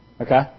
Okay